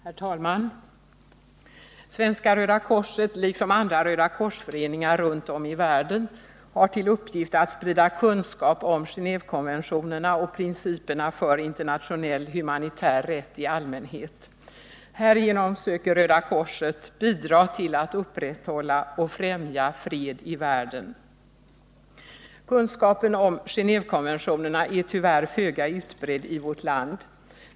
Herr talman! Svenska röda korset liksom andra Rödakorsföreningar runt om i världen har till uppgift att sprida kunskap om Genévekonventionerna och principerna för internationell humanitär rätt i allmänhet. Härigenom söker Röda korset bidra till att upprätthålla och främja fred i världen. 121 Kunskapen om Genévekonventionerna är tyvärr föga utbredd i vårt land.